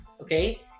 Okay